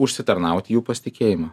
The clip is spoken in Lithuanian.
užsitarnauti jų pasitikėjimą